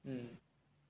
mm